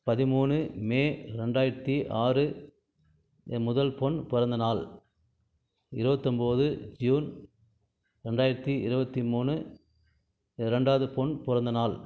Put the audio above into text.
பதிமூணு மே ரெண்டாயிரத்து ஆறு என் முதல் பொண் பிறந்த நாள் இருபத்தொம்போது ஜூன் ரெண்டாயிரத்து இருபத்தி மூணு இரண்டாவது பொண் பிறந்த நாள்